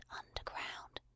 underground